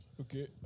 Okay